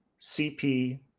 CP